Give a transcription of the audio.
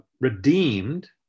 redeemed